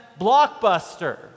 Blockbuster